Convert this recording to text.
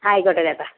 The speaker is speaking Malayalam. ആയിക്കോട്ടെ ചേട്ടാ